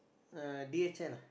uh d_h_l lah